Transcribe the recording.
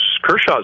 kershaw's